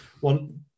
one